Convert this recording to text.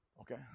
Okay